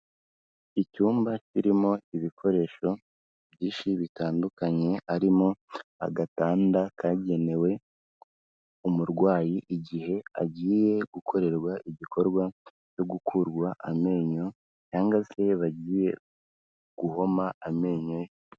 Icyumba kirimo ibikoresho byinshi bitandukanye, harimo agatanda kagenewe umurwayi igihe agiye gukorerwa igikorwa cyo gukurwa amenyo cyangwa se bagiye guhoma amenyo ye.